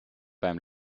beim